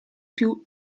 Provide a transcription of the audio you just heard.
più